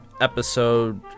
episode